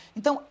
Então